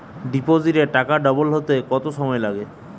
ডিপোজিটে টাকা ডবল হতে কত সময় লাগে?